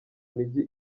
mijyi